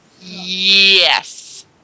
Yes